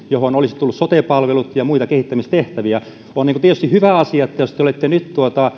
johon olisivat tulleet sote palvelut ja muita kehittämistehtäviä mutta sdplle se ei silloin sopinut on tietysti hyvä asia jos te olette nyt